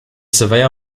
surveyor